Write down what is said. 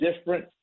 different